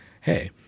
hey